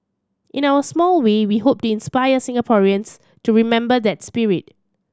in our small way we hope to inspire Singaporeans to remember that spirit